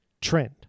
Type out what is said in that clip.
trend